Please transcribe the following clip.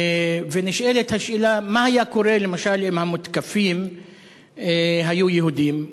ונשאלת השאלה: מה היה קורה למשל אם המותקפים היו יהודים?